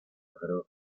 alfredo